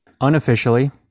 Unofficially